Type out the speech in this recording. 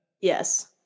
Yes